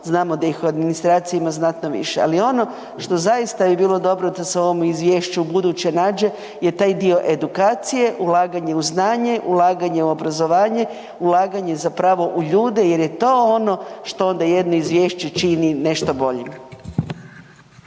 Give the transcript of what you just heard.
odnosno da ih u administraciji ima znatno više, ali ono što bi zaista bilo dobro da se u ovome izvješću ubuduće nađe je taj dio edukacije, ulaganje u znanje, ulaganje u obrazovanje, ulaganje zapravo u ljude jer je to ono što onda jedno izvješće čini nešto boljim.